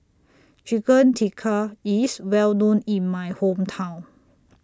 Chicken Tikka IS Well known in My Hometown